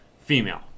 female